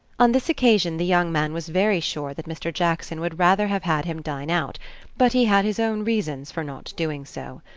on this occasion the young man was very sure that mr. jackson would rather have had him dine out but he had his own reasons for not doing so.